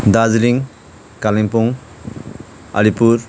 Darjeeling Kalimpong Alipur